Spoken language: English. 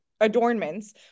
adornments